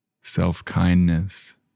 self-kindness